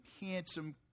handsome